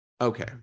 Okay